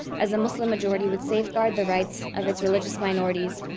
as a muslim majority, would safeguard the rights of its religious minorities,